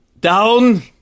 Down